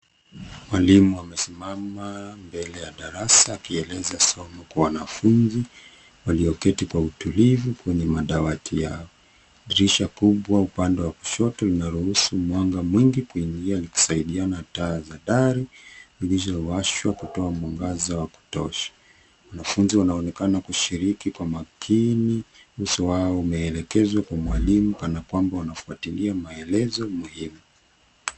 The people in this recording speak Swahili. Mwalimu amesimama mbele ya darasa akieleza somo kwa wanafunzi walioketi kwa utulivu kwenye madawati yao. Dirisha kubwa upande wa kushoto, unaruhusu mwanga mwingi kuingia zikisaidiana na taa za dari zilizowashwa kutoa mwangaza wa kutosha. Wanafunzi wanaonekana kushiriki kwa makini, uso wao umeelekezwa kwa mwalimu kana kwamba wanafuatilia maelezo muhimu.